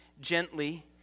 gently